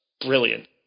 brilliant